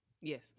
Yes